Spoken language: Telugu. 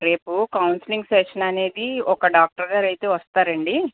రేపు కౌన్సిలింగ్ సెషన్ అనేది ఒక డాక్టర్గారు అయితే వస్తారండి